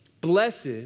Blessed